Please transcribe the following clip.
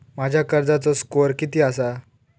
माझ्या कर्जाचो स्कोअर किती आसा?